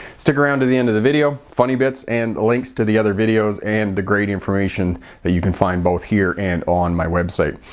stick around to the end of the video funny bits and links to the other videos and the great information that you can find both here and on my website.